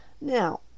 Now